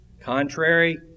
Contrary